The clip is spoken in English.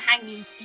hanging